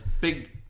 big